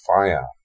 fire